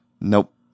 Nope